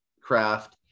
craft